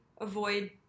avoid